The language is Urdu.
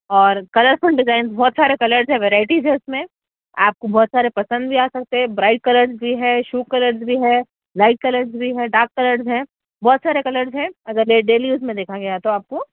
اور کلرفل ڈزائنز بہت سارے کلرس ہے ورائٹیز ہے اس میں آپ کو بہت سارے پسند بھی آ سکتے برائٹ کلرز بھی ہے شو کلرز بھی ہے لائٹ کلرز بھی ہے ڈارک کلرز ہے بہت سارے کلرز ہے اگر یہ ڈیلی اس میں دیکھا گیا تو آپ کو